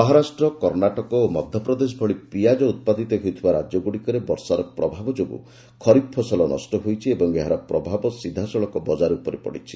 ମହାରାଷ୍ଟ୍ର କର୍ଣ୍ଣାଟକ ଓ ମଧ୍ୟପ୍ରଦେଶ ଭଳି ପିଆଜ ଉତ୍ପାଦିତ ହେଉଥିବା ରାଜ୍ୟଗୁଡ଼ିକରେ ବର୍ଷାର ପ୍ରଭାବ ଯୋଗୁଁ ଖରିଫ୍ ଫସଲ ନଷ୍ଟ ହୋଇଛି ଏବଂ ଏହାର ପ୍ରଭାବ ସିଧାସଳଖ ବଜାର ଉପରେ ପଡ଼ିଛି